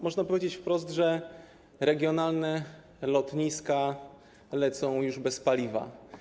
Można powiedzieć wprost, że regionalne lotniska lecą już bez paliwa.